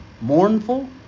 mournful